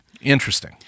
Interesting